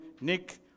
Nick